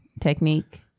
technique